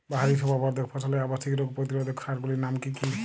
বাহারী শোভাবর্ধক ফসলের আবশ্যিক রোগ প্রতিরোধক সার গুলির নাম কি কি?